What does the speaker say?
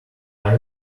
irony